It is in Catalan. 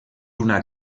una